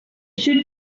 should